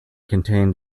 contained